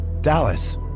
Dallas